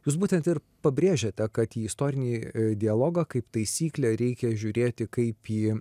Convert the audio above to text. jūs būtent ir pabrėžėte kad į istorinį dialogą kaip taisyklė reikia žiūrėti kaip į